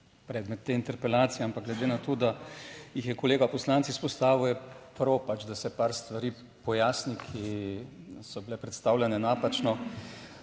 predmet te interpelacije ampak glede na to, da jih je kolega poslanec izpostavil, je prav pač, da se par stvari pojasni, ki so bile predstavljene napačno.